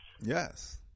Yes